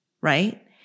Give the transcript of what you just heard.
right